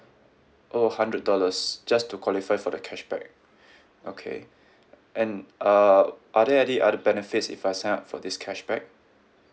oh hundred dollars just to qualify for the cashback okay and uh are there any other benefits if I sign up for this cashback